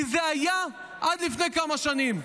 כי זה היה עד לפני כמה שנים,